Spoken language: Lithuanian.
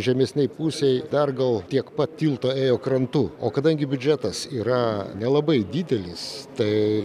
žemesnėj pusėj dar gal tiek pat tilto ėjo krantu o kadangi biudžetas yra nelabai didelis tai